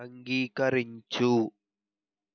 అంగీకరించు